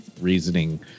reasoning